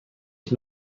ich